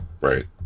right